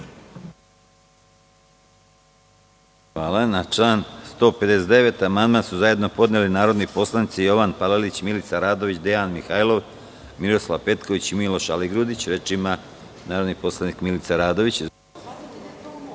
Hvala. Na član 159. amandman su zajedno podneli narodni poslanici Jovan Palalić, Milica Radović, Dejan Mihajlov, Miroslav Petković i Miloš Aligrudić. Reč ima narodni poslanik Milica Radović.